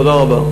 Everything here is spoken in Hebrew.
תודה רבה.